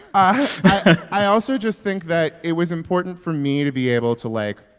i also just think that it was important for me to be able to, like,